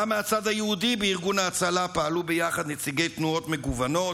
גם מהצד היהודי בארגון ההצלה פעלו ביחד נציגי תנועות מגוונות,